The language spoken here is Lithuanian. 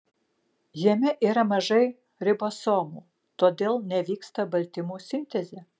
jame yra mažai ribosomų todėl nevyksta baltymų sintezė